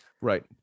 Right